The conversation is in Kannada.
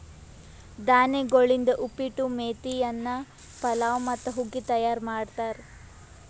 ಧಾನ್ಯಗೊಳಿಂದ್ ಉಪ್ಪಿಟ್ಟು, ಮೇತಿ ಅನ್ನ, ಪಲಾವ್ ಮತ್ತ ಹುಗ್ಗಿ ತೈಯಾರ್ ಮಾಡ್ತಾರ್